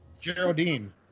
Geraldine